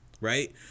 right